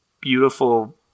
beautiful